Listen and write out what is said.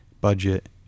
budget